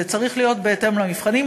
זה צריך להיות בהתאם למבחנים.